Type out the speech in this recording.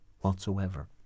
whatsoever